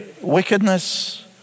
wickedness